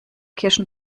kirschen